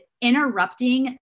interrupting